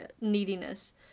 neediness